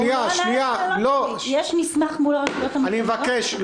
--- אני מבקש,